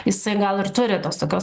jisai gal ir turi tos tokios